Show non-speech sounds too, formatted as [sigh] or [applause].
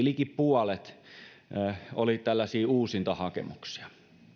[unintelligible] liki puolet oli tällaisia uusintahakemuksia